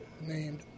named